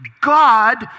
God